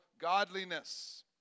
godliness